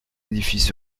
édifices